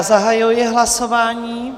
Zahajuji hlasování...